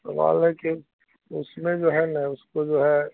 سوال ہے کہ اس میں جو ہے نا اس کو جو ہے